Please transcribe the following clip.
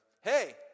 Hey